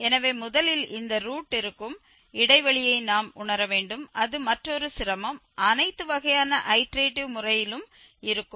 எனவே முதலில் இந்த ரூட் இருக்கும் இடைவெளியை நாம் உணர வேண்டும் அது மற்றொரு சிரமம் அனைத்து வகையான ஐட்டர்டேட்டிவ் முறையிலும் இருக்கும்